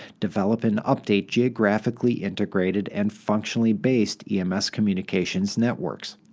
develop and update geographically integrated and functionally-based ems communications networks.